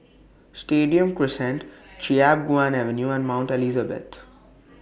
Stadium Crescent Chiap Guan Avenue and Mount Elizabeth